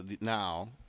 now